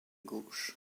gauche